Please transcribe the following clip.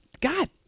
God